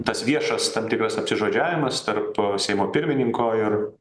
tas viešas tam tikras apsižodžiavimas tarp seimo pirmininko ir